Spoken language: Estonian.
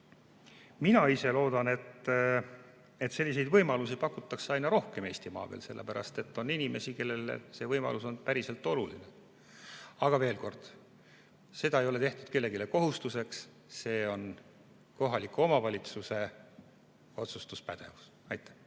Mina ise loodan, et selliseid võimalusi pakutakse Eestimaal aina rohkem, sest on inimesi, kellele see võimalus on päriselt oluline. Aga veel kord: seda ei ole tehtud kellelegi kohustuseks, see on kohaliku omavalitsuse otsustuspädevuses. Aitäh!